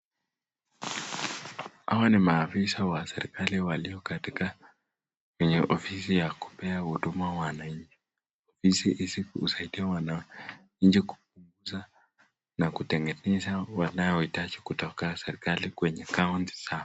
Hawa ni maafisa wa serikali walio katika kwenye ofisi ya kupea huduma wananchi, hizi husaidia wananchi kupunguza na kutengeneza wanao hitaji kutoka kwa serikali kwenye kaunti zao.